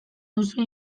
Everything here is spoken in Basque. duzu